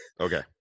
Okay